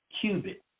cubit